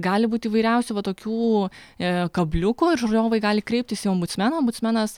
gali būti įvairiausių va tokių kabliukų ir žiūrovai gali kreiptis į ombudsmeną ombudsmenas